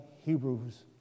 Hebrews